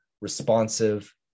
responsive